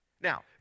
Now